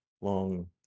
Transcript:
long